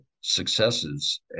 successes